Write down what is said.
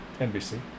NBC